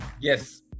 Yes